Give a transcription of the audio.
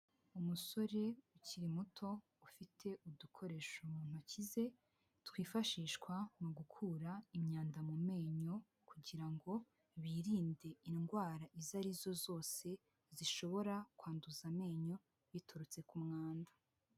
Umusore ukiri muto ufite udukoresho mu ntoki ze twifashishwa mu gukura imyanda mu menyo kugira ngo birinde indwara izo arizo zose zishobora kwanduza amenyo biturutse ku mwanda.